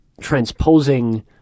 transposing